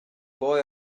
boy